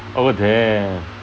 oh damn